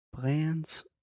plans